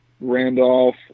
Randolph